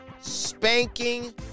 Spanking